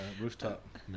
rooftop